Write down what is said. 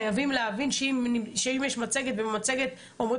חייבים להבין שאם יש מצגת ובמצגת אומרים